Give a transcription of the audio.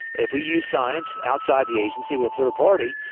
if we use science outside the agency with a third party,